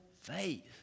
faith